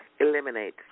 eliminate